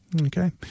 Okay